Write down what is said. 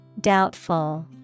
Doubtful